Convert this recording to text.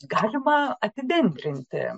galima apibendrinti